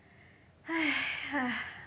!aiya!